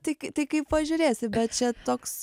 tai kai tai kaip pažiūrėsi bet čia toks